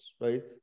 right